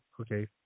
okay